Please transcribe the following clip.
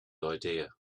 idea